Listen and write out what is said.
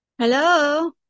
Hello